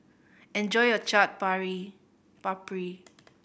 enjoy your Chaat Papri